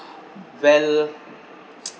well